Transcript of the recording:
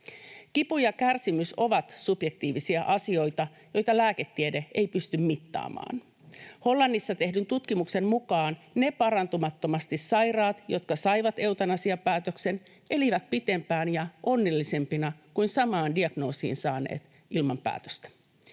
Kipu ja kärsimys ovat subjektiivisia asioita, joita lääketiede ei pysty mittaamaan. Hollannissa tehdyn tutkimuksen mukaan ne parantumattomasti sairaat, jotka saivat eutanasiapäätöksen, elivät pitempään ja onnellisempina kuin saman diagnoosin saaneet ilman päätöstä.